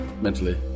mentally